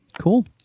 Cool